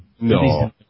No